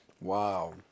Wow